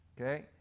Okay